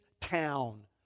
town